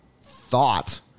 thought